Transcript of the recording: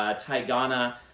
ah tigana,